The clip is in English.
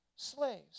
Slaves